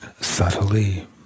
subtly